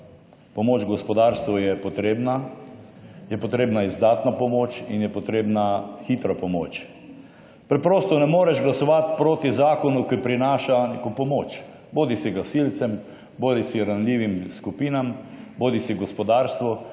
Pomoč gospodarstvu je potrebna, je potrebna izdatna pomoč in je potrebna hitra pomoč. Preprosto ne moreš glasovati proti zakonu, ki prinaša neko pomoč bodisi gasilcem bodisi ranljivim skupinam bodisi gospodarstvu.